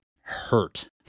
hurt